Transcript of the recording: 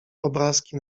obrazki